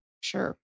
Sure